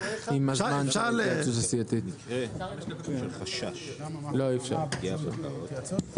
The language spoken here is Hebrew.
נפסקה בשעה 12:47 ונתחדשה בשעה 12:52.) אנחנו